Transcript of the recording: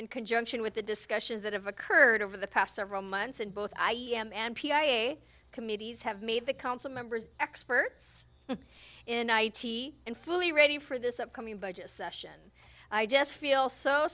in conjunction with the discussions that have occurred over the past several months in both i e m m p i a committees have made the council members experts in fully ready for this upcoming budget session i just feel so